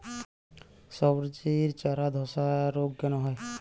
সবজির চারা ধ্বসা রোগ কেন হয়?